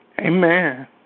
Amen